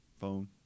phone